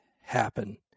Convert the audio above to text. happen